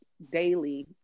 Daily